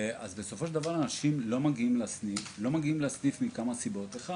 בסופו של דבר אנשים לא מגיעים לסניף מכמה סיבות: א',